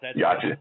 Gotcha